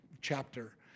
chapter